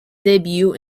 debut